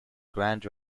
grand